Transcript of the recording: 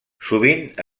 sovint